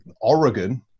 oregon